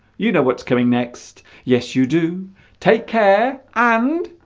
you know what's coming next yes you do take care and